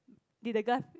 did the girl